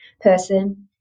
person